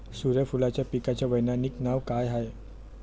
सुर्यफूलाच्या पिकाचं वैज्ञानिक नाव काय हाये?